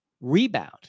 rebound